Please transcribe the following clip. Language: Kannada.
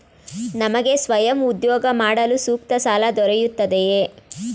ನನಗೆ ಸ್ವಯಂ ಉದ್ಯೋಗ ಮಾಡಲು ಸೂಕ್ತ ಸಾಲ ದೊರೆಯುತ್ತದೆಯೇ?